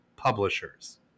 Publishers